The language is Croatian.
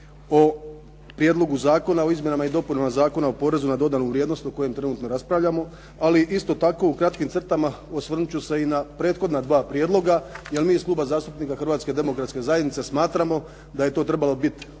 o Prijedlogu zakona o Izmjenama i dopunama Zakona o porezu na dodanu vrijednost o kojem trenutno raspravljamo ali isto tako u kratkim crtama osvrnuti ću se na prethodna dva prijedloga jer mi iz Kluba zastupnika Hrvatske demokratske zajednice smatramo da je to bila